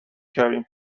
کردیم